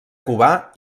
cubà